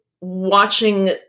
watching